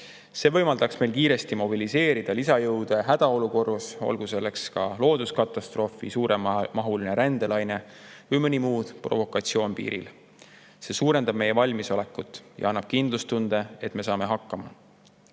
See võimaldaks meil kiiresti mobiliseerida lisajõude hädaolukorras, olgu selleks looduskatastroof, suuremahuline rändelaine või mõni muu provokatsioon piiril. See suurendab meie valmisolekut ja annab kindlustunde, et me saame hakkama.